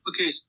Okay